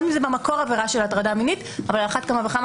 גם אם זה במקור עבירה של הטרדה מינית אבל על אחת כמה וכמה